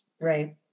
right